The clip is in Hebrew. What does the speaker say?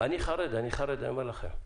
אני חרד, אני אומר לכם.